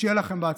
שיהיה לכם בהצלחה.